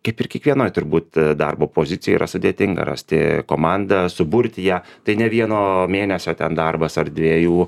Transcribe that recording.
kaip ir kiekvienoj turbūt darbo pozicija yra sudėtinga rasti komandą suburti ją tai ne vieno mėnesio ten darbas ar dviejų